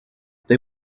they